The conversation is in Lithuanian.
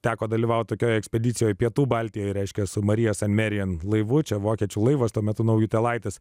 teko dalyvauti tokioje ekspedicijoje pietų baltijoje reiškia su marija san merijen laivu čia vokiečių laivas tuo metu naujutėlaitis